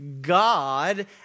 god